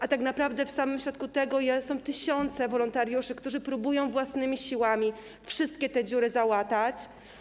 A tak naprawdę w samym środku tego są tysiące wolontariuszy, którzy próbują własnymi siłami wszystkie te dziury załatać.